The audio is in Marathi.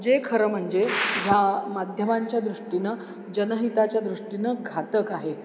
जे खरं म्हणजे ह्या माध्यमांच्या दृष्टीनं जनहिताच्या दृष्टीनं घातक आहे